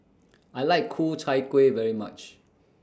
I like Ku Chai Kuih very much